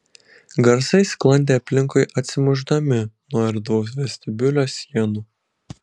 garsai sklandė aplinkui atsimušdami nuo erdvaus vestibiulio sienų